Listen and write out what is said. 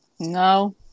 No